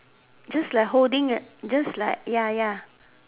just like holding a just like ya ya